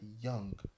young